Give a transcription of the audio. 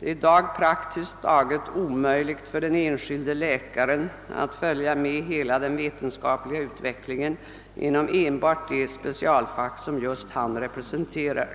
Det är i dag praktiskt taget omöjligt för den enskilde läkaren att följa med hela den vetenskapliga utvecklingen inom enbart det specialfack som just han representerar.